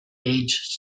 age